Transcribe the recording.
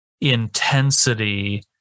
intensity